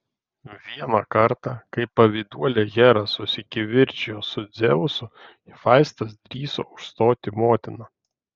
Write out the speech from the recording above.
vieną kartą kai pavyduolė hera susikivirčijo su dzeusu hefaistas drįso užstoti motiną